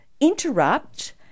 interrupt